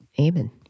Amen